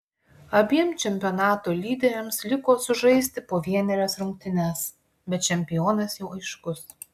abiem čempionato lyderiams liko sužaisti po vienerias rungtynes bet čempionas jau aiškus